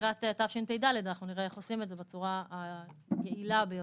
לקראת תשפ"ד אנחנו נראה איך עושים את זה בצורה היעילה ביותר.